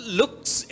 looks